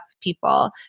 people